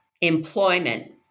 employment